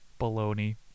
baloney